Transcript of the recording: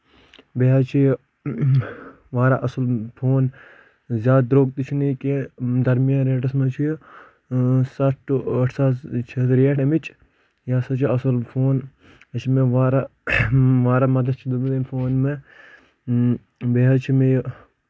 بیٚیہِ حظ چھُ یہِ واریاہ اَصٕل فون زیادٕ درٛوٚگ تہِ چھ نہٕ یہِ کیٚنٛہہ درمِیان ریٹَس چھُ یہِ سَتھ ٹو ٲٹھ ساس چھےٚ اَتھ ریٹ اَمِچ یہِ ہسا چھ اَصٕل فون یہِ چھ مےٚ واریاہ واریاہ مدد چھ دیُتمُت امۍ فونَن مےٚ یہِ بیٚیہِ حظ چُھ مےٚ یہِ